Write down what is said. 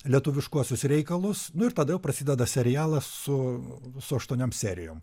lietuviškuosius reikalus nu ir tada jau prasideda serialas su su aštuoniom serijom